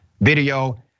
video